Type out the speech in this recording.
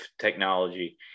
technology